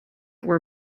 were